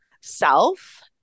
self